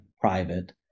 private